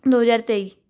ਦੋ ਹਜ਼ਾਰ ਤੇਈ